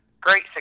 great